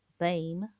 BAME